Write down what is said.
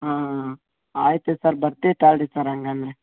ಹಾಂ ಆಯಿತು ಸರ್ ಬರ್ತೀವಿ ತಗೊಳ್ರಿ ಸರ್ ಹಂಗಾದ್ರೆ